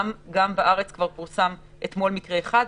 וגם בארץ כבר פורסם מקרה אחד,